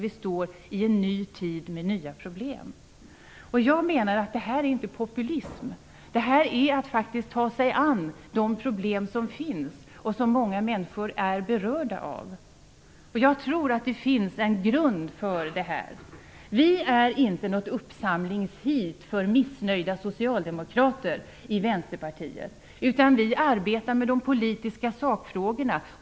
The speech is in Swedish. Vi står i en ny tid med nya problem. Jag menar att detta inte är populism; det är att faktiskt ta sig an de problem som finns och som många människor berörs av. Jag tror att det finns en grund för detta. Vänsterpartiet utgör inte något uppsamlingsheat för missnöjda socialdemokrater, utan vi arbetar med de politiska sakfrågorna.